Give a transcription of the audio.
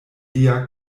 lia